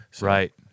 Right